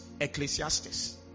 Ecclesiastes